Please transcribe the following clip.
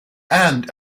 and